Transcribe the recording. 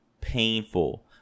painful